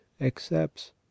accepts